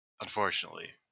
unfortunately